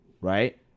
right